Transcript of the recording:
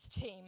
team